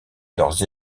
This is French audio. leurs